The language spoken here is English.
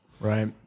Right